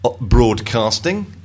Broadcasting